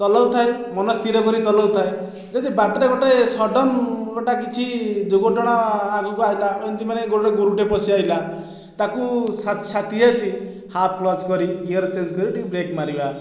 ଚଲାଉଥାଏ ମନ ସ୍ଥିରକରି ଚଲାଉଥାଏ ଯଦି ବାଟରେ ଗୋଟିଏ ସଡନ ଗୋଟାଏ କିଛି ଦୁର୍ଘଟଣା ଆଗକୁ ଆସିଲା ଏମିତି ମାନେ ଗୋଟିଏ ଗୋରୁଟିଏ ପଶିଆସିଲା ତାକୁ ସାଥ ସାଥିସାଥି ହାଫ କ୍ଳଚ କରି ଗିୟର ଚେଞ୍ଜ କରି ଟିକିଏ ବ୍ରେକ ମାରିବା